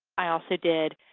i also did